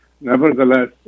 Nevertheless